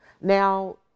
now